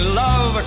love